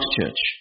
church